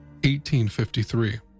1853